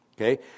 okay